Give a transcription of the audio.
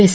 S